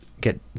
get